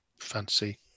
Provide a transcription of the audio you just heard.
Fancy